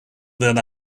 than